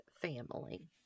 family